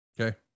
Okay